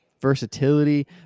versatility